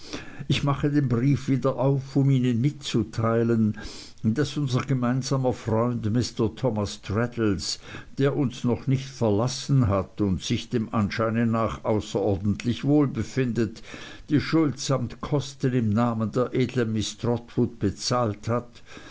ich mache den brief wieder auf um ihnen mitzuteilen daß unser gemeinsamer freund mr thomas traddles der uns noch nicht verlassen hat und sich dem anscheine nach außerordentlich wohl befindet die schuld samt kosten im namen der edlen miß trotwood bezahlt hat